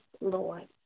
Lord